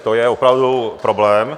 To je opravdu problém.